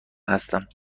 هستم